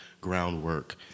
groundwork